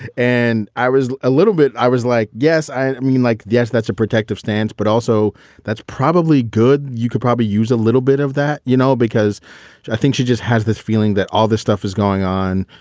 and i was a little bit i was like, yes. i mean, like, yes, that's a protective stance. but also that's probably good. you could probably use a little bit of that. you know, because i think she just has this feeling that all this stuff is going on.